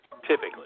typically